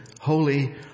holy